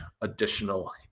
additional